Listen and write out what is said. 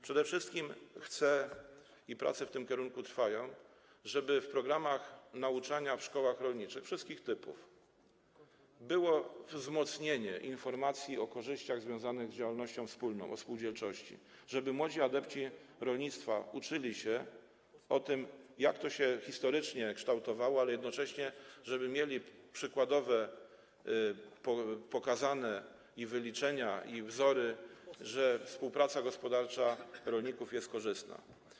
Przede wszystkim chcę - i prace w tym kierunku trwają - żeby w programach nauczania w szkołach rolniczych wszystkich typów było wzmocnienie informacji o korzyściach związanych z działalnością wspólną, o spółdzielczości, żeby młodzi adepci rolnictwa uczyli się o tym, jak to się historycznie kształtowało, ale jednocześnie żeby mieli pokazane przykładowe i wyliczenia, i wzory, że współpraca gospodarcza rolników jest korzystna.